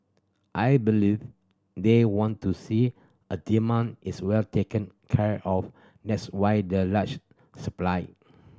I believe they want to see a demand is well taken care of that's why the large supply